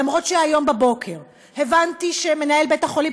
למרות שהיום בבוקר הבנתי שמנהל בית-החולים,